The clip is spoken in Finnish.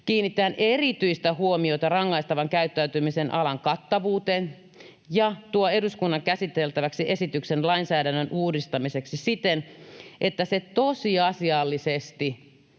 kiinnittäen erityistä huomiota rangaistavan käyttäytymisen alan kattavuuteen, ja tuo eduskunnan käsiteltäväksi esityksen lainsäädännön uudistamiseksi siten, että se tosiasiallisesti